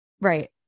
Right